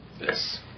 Yes